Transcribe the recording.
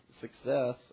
success